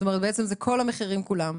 בעצם זה כל המחירים כולם.